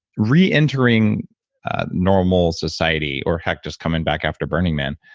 reentering normal society or heck, just coming back after burning man.